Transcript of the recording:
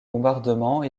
bombardements